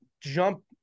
jump